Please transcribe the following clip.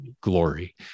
glory